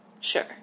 Sure